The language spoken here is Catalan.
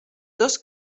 dos